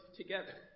together